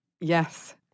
Yes